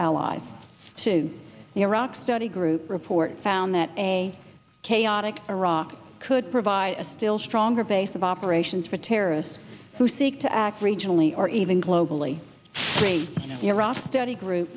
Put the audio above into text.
allies to the iraq study group report found that a chaotic iraq could provide a still stronger base of operations for terrorists who seek to act regionally or even globally the iraq study group